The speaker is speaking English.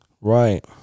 Right